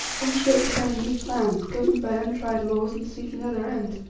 one shaped upon a new plan, governed by untried laws and seeking other ends.